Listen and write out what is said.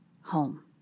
home